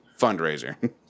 fundraiser